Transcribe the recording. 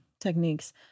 techniques